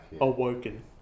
Awoken